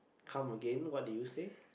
come again what did you say